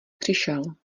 přišel